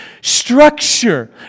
structure